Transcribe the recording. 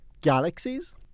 galaxies